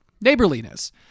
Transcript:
neighborliness